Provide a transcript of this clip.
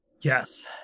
Yes